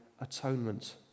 atonement